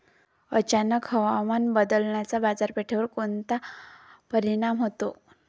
अचानक हवामान बदलाचा बाजारपेठेवर कोनचा परिणाम होतो?